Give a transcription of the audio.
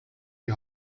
die